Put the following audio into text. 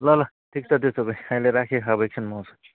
ल ल ठिक छ त्यसो भए अहिले राखेँ अब एकछिनमा आउँछु